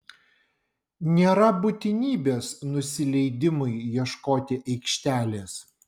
nėra būtinybės nusileidimui ieškoti aikštelės